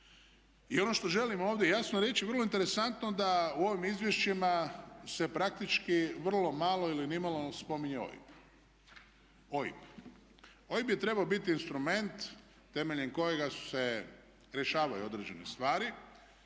I ono što želim ovdje jasno reći vrlo interesantno da se u ovim izvješćima se praktički vrlo malo ili nimalo ne spominje OIB. OIB je trebao biti instrument temeljem kojega se rješavaju određene stvari.